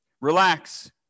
Relax